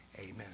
Amen